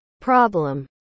problem